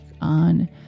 on